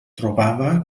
trobava